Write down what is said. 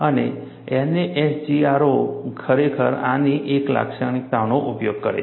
અને NASGRO ખરેખર આની એક લાક્ષણિકતાનો ઉપયોગ કરે છે